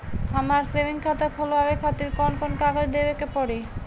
हमार सेविंग खाता खोलवावे खातिर कौन कौन कागज देवे के पड़ी?